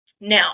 Now